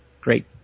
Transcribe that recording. great